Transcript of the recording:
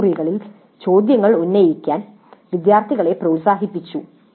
class മുറിയിൽ ചോദ്യങ്ങൾ ഉന്നയിക്കാൻ ഇൻസ്ട്രക്ടർ വിദ്യാർത്ഥികളെ പ്രോത്സാഹിപ്പിച്ചു